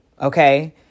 okay